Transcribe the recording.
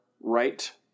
right